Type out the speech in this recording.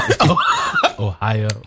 Ohio